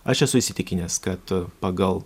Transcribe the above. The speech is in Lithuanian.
aš esu įsitikinęs kad pagal